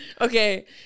okay